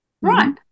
right